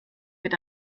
wird